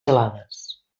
gelades